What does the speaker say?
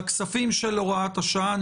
הכספים של הוראת השעה.